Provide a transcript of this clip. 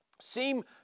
seem